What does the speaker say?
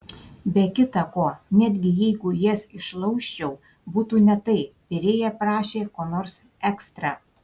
be kita ko netgi jeigu jas išlaužčiau būtų ne tai virėja prašė ko nors ekstra